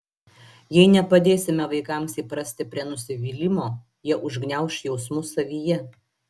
jei nepadėsime vaikams įprasti prie nusivylimo jie užgniauš jausmus savyje